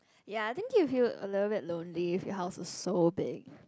ya I think you'll feel a little bit lonely if your house was so big